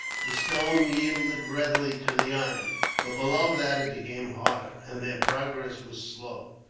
the stone yielded readily to the iron but below that it became harder, and their progress was slow.